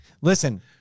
Listen